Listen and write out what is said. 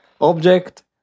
Object